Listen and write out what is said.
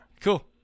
Cool